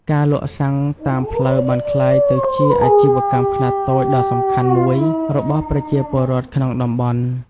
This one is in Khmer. ការលក់សាំងតាមផ្លូវបានក្លាយទៅជាអាជីវកម្មខ្នាតតូចដ៏សំខាន់មួយរបស់ប្រជាពលរដ្ឋក្នុងតំបន់។